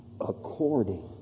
According